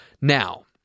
Now